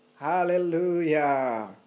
Hallelujah